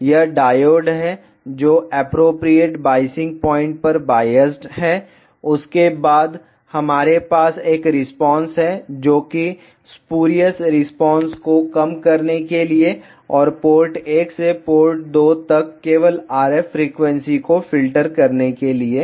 यह डायोड हैं जो एप्रोप्रियेट बाइसिंग पॉइंट पर बायस्ड हैं और उसके बाद हमारे पास एक रिस्पांस है जो कि स्पुरियस रिस्पांस को कम करने के लिए और पोर्ट 1 से पोर्ट 2 तक केवल IF फ्रीक्वेंसी को फ़िल्टर करने के लिए है